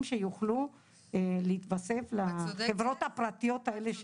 שיוכלו להתווסף לחברות הפרטיות האלה.